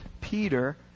Peter